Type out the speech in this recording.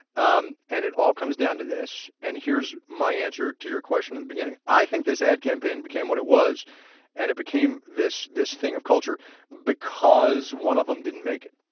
um and it all comes down to this. and here's my answer to your question in the beginning. i think this ad campaign became what it was and it became this this thing of culture because one of them didn't make it.